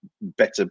better